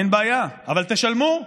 אין בעיה, אבל תשלמו.